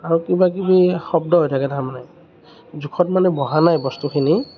আৰু কিবা কিবি শব্দ হৈ থাকে তাৰ মানে জোখত মানে বহা নাই বস্তুখিনি